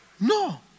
No